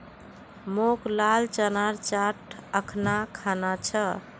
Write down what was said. मोक लाल चनार चाट अखना खाना छ